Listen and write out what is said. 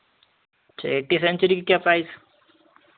अच्छा AT century की क्या प्राइस